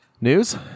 news